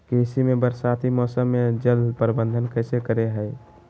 कृषि में बरसाती मौसम में जल प्रबंधन कैसे करे हैय?